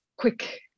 quick